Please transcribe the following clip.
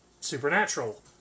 Supernatural